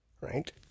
right